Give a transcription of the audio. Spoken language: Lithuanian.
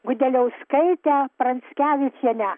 gudeliauskaitę pranskevičienę